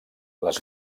les